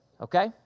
Okay